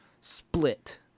split